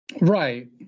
right